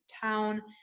town